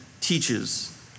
teaches